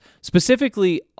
specifically